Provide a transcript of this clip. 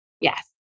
Yes